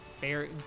fair